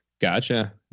Gotcha